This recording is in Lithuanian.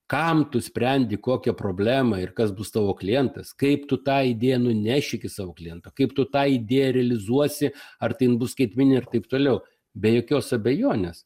kam tu sprendi kokią problemą ir kas bus tavo klientas kaip tu tą idėją nuneši iki savo kliento kaip tu tą idėją realizuosi ar tai jin bus skaitmeninė ir taip toliau be jokios abejonės